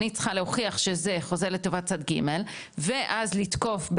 אני צריכה להוכיח שזה חוזה לטובת צד ג' ואז לתקוף,